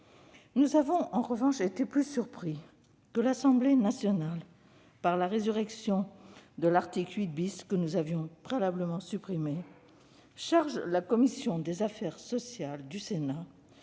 Nous avons en revanche été davantage surpris que l'Assemblée nationale, en ressuscitant l'article 8, que nous avions préalablement supprimé, charge la commission des affaires sociales du Sénat